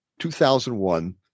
2001